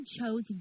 chose